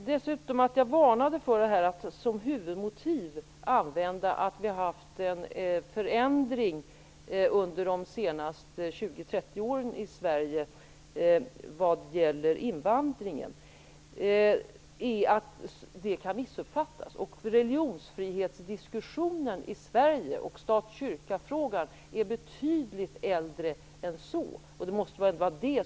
Anledningen till att jag varnade för att som huvudmotiv använda en förändring under de senaste 20 30 åren i Sverige vad gäller invandringen är att det kan missuppfattas. Religionsfrihetsdiskussionen i Sverige och stat-kyrka-frågan är betydligt äldre än så. Det måste vara huvudmotivet.